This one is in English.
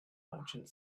merchant